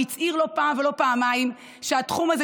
כבוד השר שהצהיר לא פעם ולא פעמיים שהתחום הזה